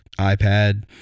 iPad